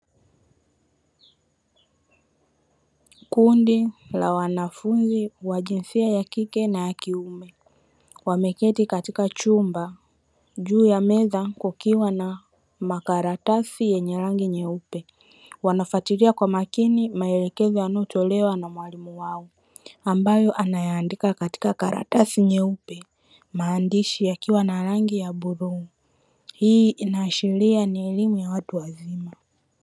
Kundi la wanafunzi wa jinsia ya kike na ya kiume; wameketi katika chumba, juu ya meza kukiwa na makaratasi yenye rangi nyeupe. Wanafuatilia kwa makini maelekezo yanayotolewa na mwalimu wao, ambayo anayaandika katika karatasi nyeupe; maandishi yakiwa ya rangi ya bluu. Hii inaashiria ni elimu ya watu wazima.